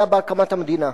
היה בהקמת המדינה,